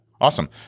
Awesome